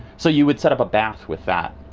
so you would set up a bath with that.